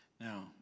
Now